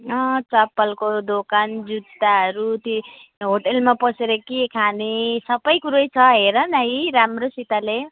चप्पलको दोकान जुत्ताहरू त्यही होटेलमा पसेर के खाने सबै कुरै छ हेर न यी राम्रोसितले